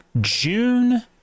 june